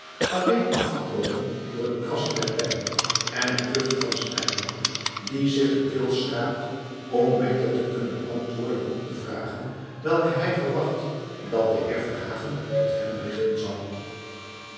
alleen afgebroken door het krassen der pennen en het kuchje van strijkman die zich de keel schraapt om beter te kunnen antwoorden op de vragen welke hij verwacht dat de heer verhagen tot hem richten zal